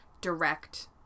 direct